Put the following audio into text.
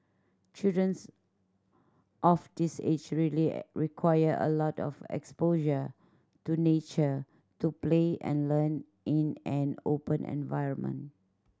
children of this age really require a lot of exposure to nature to play and learn in an open environment